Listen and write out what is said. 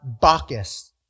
Bacchus